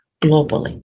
globally